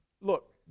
Look